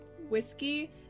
whiskey